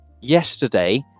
yesterday